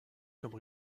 comme